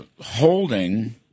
holding